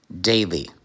daily